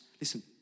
Listen